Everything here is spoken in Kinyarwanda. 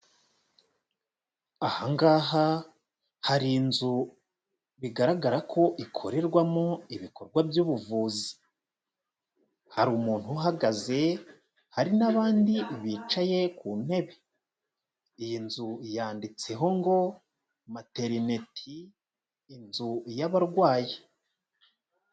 Aha ngaha hari inzu bigaragara ko ikorerwamo ibikorwa by'ubuvuzi. Hari umuntu uhagaze, hari n'abandi bicaye ku ntebe. Iyi nzu yanditseho ngo, materineti, inzu y'abarwayi.